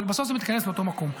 אבל בסוף זה מתכנס לאותו מקום.